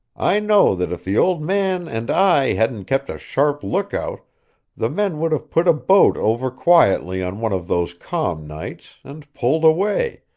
i know that if the old man and i hadn't kept a sharp lookout the men would have put a boat over quietly on one of those calm nights, and pulled away,